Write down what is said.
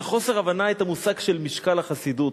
זה חוסר הבנה של המושג של משקל החסידות.